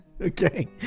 Okay